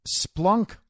Splunk